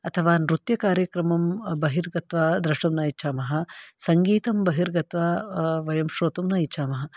अथवा नृत्यकार्यक्रमं बहिर्गत्वा द्रष्टुं न इच्छामः सङ्गीतं बहिर्गत्वा वयं श्रोतुं न इच्छामः